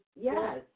Yes